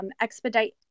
Expedite